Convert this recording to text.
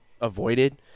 avoided